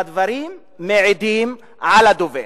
אז כל מה שאמרתי זה רק אומר שהדברים מעידים על הדובר.